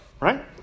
right